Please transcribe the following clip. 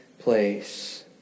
place